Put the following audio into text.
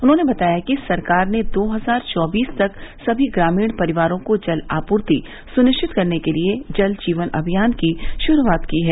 उन्होंने बताया कि सरकार ने दो हजार चौबीस तक सभी ग्रामीण परिवारों को जल आपूर्ति सुनिश्चित करने के लिए जल जीवन अभियान की शुरूआत की है